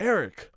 Eric